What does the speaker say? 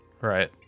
Right